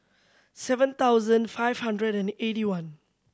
seven thousand five hundred and eighty one